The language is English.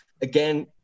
again